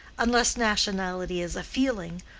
unless nationality is a feeling,